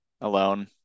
alone